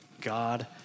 God